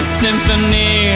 symphony